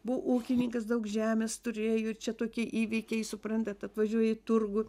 buvo ūkininkas daug žemės turėjo jų čia tokie įvykiai suprantat atvažiuoja į turgų